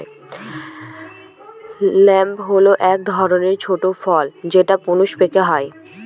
plum হল এক ধরনের ছোট ফল যেটা প্রুনস পেকে হয়